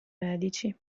medici